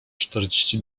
czterdzieści